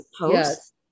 Yes